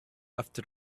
after